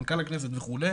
מנכ"ל הכנסת וכו'.